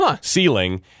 ceiling